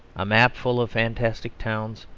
a map full of fantastic towns,